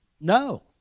No